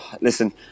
Listen